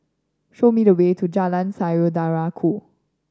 show me the way to Jalan Saudara Ku